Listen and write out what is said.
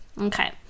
Okay